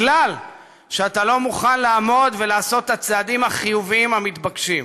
כי אתה לא מוכן לעמוד ולעשות את הצעדים החיוביים המתבקשים.